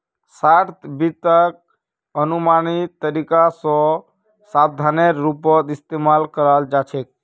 short वित्तक अनुमानित तरीका स साधनेर रूपत इस्तमाल कराल जा छेक